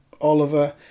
Oliver